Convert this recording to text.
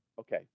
Okay